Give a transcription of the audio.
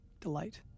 delight